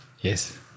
Yes